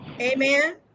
Amen